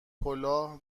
کلاه